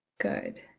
good